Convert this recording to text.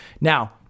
Now